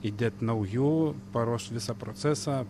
įdėt naujų paruošt visą procesą